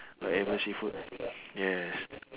whatever seafood yes